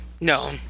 no